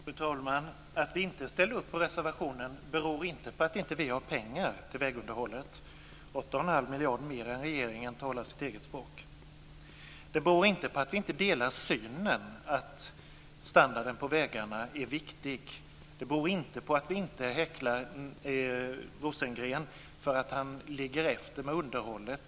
Fru talman! Att vi inte ställde upp på reservationen beror inte på att vi inte har pengar till vägunderhållet. 8 1⁄2 miljarder mer än regeringen talar sitt eget språk. Det beror inte på att vi inte delar synen att standarden på vägarna är viktig. Det beror inte på att vi inte häcklar Rosengren för att han ligger efter med underhållet.